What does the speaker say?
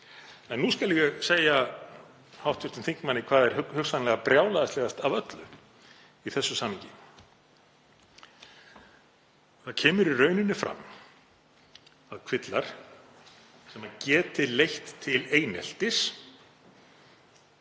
En nú skal ég segja hv. þingmanni hvað er hugsanlega brjálæðislegast af öllu í þessu samhengi. Það kemur í raun fram að kvilla sem geti leitt til eineltis